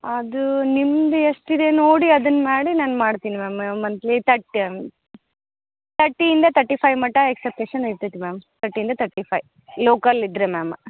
ಅದು ನಿಮ್ದು ಎಷ್ಟಿದೆ ನೋಡಿ ಅದನ್ನು ಮಾಡಿ ನಾನು ಮಾಡ್ತೀನಿ ಮ್ಯಾಮ್ ಮಂತ್ಲಿ ಟ್ಯಾಕ್ಟಮ್ ತರ್ಟಿಯಿಂದ ತರ್ಟಿ ಫೈವ್ ಮಟ್ಟ ಎಕ್ಸ್ಪೆಟ್ಟೇಶನ್ ಇರ್ತೈತೆ ರೀ ಮ್ಯಾಮ್ ತರ್ಟಿಯಿಂದ ತರ್ಟಿ ಫೈವ್ ಲೋಕಲ್ ಇದ್ದರೆ ಮ್ಯಾಮ್